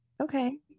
Okay